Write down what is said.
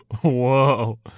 Whoa